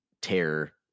tear